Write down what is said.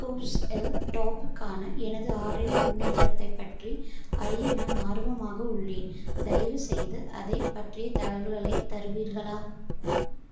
கூவ்ஸ் இல் டாப்புக்கான எனது ஆர்டரின் முன்னேற்றத்தைப் பற்றி அறிய நான் ஆர்வமாக உள்ளேன் தயவுசெய்து அதைப் பற்றிய தகவல்களை தருவீர்களா